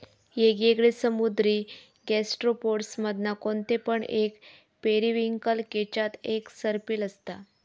येगयेगळे समुद्री गैस्ट्रोपोड्स मधना कोणते पण एक पेरिविंकल केच्यात एक सर्पिल असता